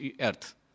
earth